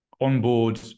onboard